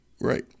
Right